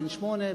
בן שמונה,